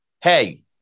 Hey